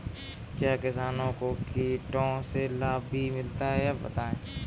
क्या किसानों को कीटों से लाभ भी मिलता है बताएँ?